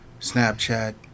snapchat